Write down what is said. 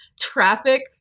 traffic